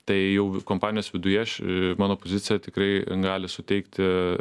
tai jau kompanijos viduje ši mano pozicija tikrai gali suteikti